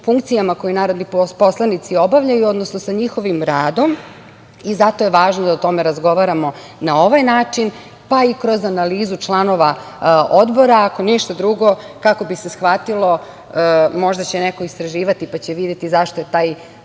funkcijama koje narodni poslanici obavljaju, odnosno sa njihovim radom i zato je važno da o tome razgovaramo na ovaj način, pa i kroz analizu članova odbora, ako ništa drugo, kako bi se shvatilo, možda će neko istraživati pa će videti zašto je taj